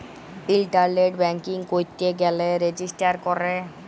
ইলটারলেট banking ক্যইরতে গ্যালে register ক্যরে